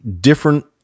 different